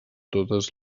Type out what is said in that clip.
totes